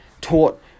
taught